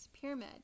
pyramid